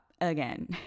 again